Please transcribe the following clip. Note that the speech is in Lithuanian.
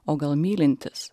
o gal mylintis